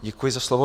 Děkuji za slovo.